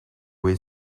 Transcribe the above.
will